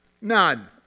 None